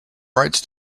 rights